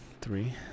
Three